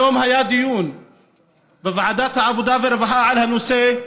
היום היה דיון בוועדת העבודה והרווחה על הנושא,